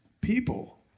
people